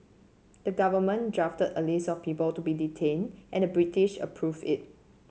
the government drafted a list of people to be detain and the British approve it